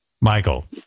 Michael